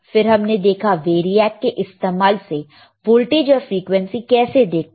फिर हमने देखा वेरियाक के इस्तेमाल से वोल्टेज और फ्रिकवेंसी कैसे देखते हैं